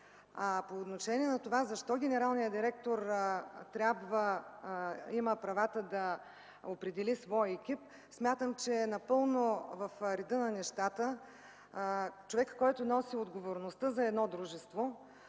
По отношение на това защо генералният директор има правата да определи свой екип, смятам, че е напълно в реда на нещата човекът, който носи отговорността за едно дружество,